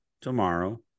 tomorrow